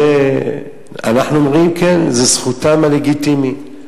ואנחנו אומרים: כן, זו זכותם הלגיטימית,